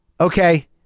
Okay